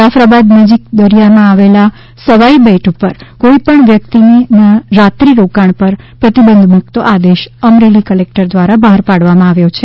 જાફરાબાદ નજીક દરિયામાં આવેલા સવાઇ બેટ ઉપર કોઈ પણ વ્યાકતીના રાત્રિ રોકાણ ઉપર પ્રતિબંધ મૂકતો આદેશ અમરેલી કલેકટર દ્વારા બહાર પાડવામાં આવ્યો છે